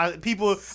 People